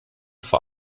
vor